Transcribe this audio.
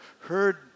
heard